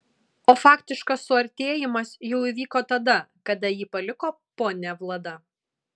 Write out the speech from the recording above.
o faktiškas suartėjimas jau įvyko tada kada jį paliko ponia vlada